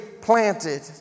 planted